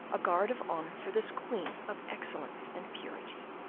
a guard of honour for this queen of excellence and purity.